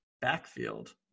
backfield